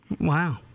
Wow